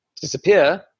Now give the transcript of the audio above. disappear